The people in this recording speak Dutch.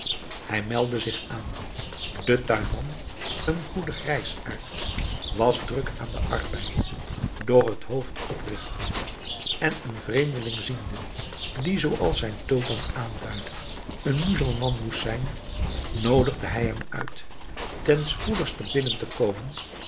hij meldde zich aan de tuinman een goede grijsaard was druk aan den arbeid doch het hoofd oprigtende en een vreemdeling ziende die zooals zijn tulband aanduidde een muzelman moest zijn noodigde hij hem uit ten spoedigste binnen te komen